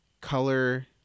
color